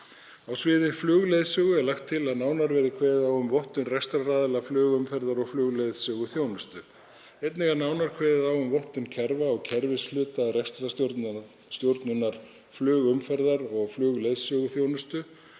Á sviði flugleiðsögu er lagt til að nánar verði kveðið á um vottun rekstraraðila flugumferðar- og flugleiðsöguþjónustu. Einnig er nánar kveðið á um vottun kerfa og kerfishluta rekstrarstjórnunar flugumferðar og flugleiðsöguþjónustu.